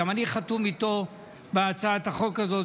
גם אני חתום איתו על הצעת החוק הזאת.